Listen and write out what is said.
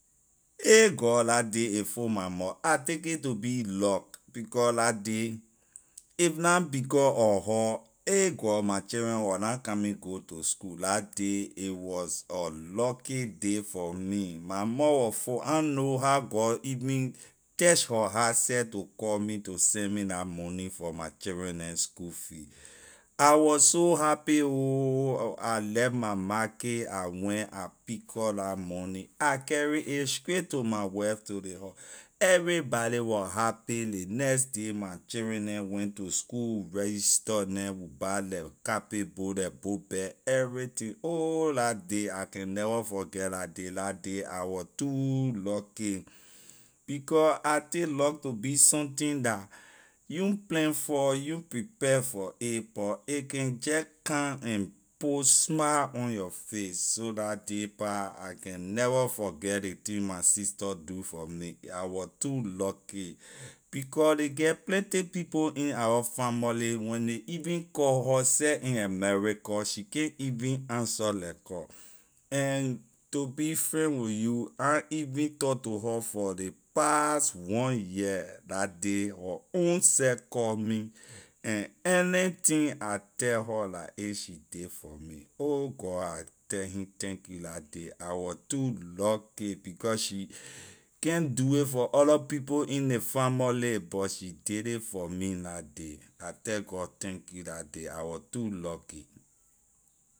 Ayy god la day a full my mouth I take a to be luck becor la day if na becor of her ay god my children wor na coming go to school la day a was a lucky day for me my mouth was full I know how god even touch her heart seh to call me to send me la money for my children school fee I was so happy ho I left my markay I went I pick up la money I carry a straight to my wife to ley house everybody wor happy ley next day my children neh went to school we register neh we buy la copy book la book bag everything ohh la day I can never forget la day, la day I wor too lucky becor I take luck to be something la you plan for you prepare for a bit a can jeh come and put smile on your face so la day pah I can never forget ley thing my sister do for me I wor too lucky becor ley get plenty people in our family when ley even call her seh in america she can’t even answer leh call and to be friend with you I na even talk to her for ley pass one year la day her own seh call me and anything I tell her la a she did for me oh god I tell him thank you la day I wor too lucky becor she can’t do it for other people in ley famorly but she did it for me la day I tell god thank you la day I wor too lucky.